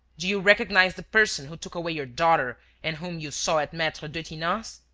do you recognize the person who took away your daughter and whom you saw at maitre detinan's?